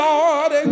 Lord